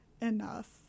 enough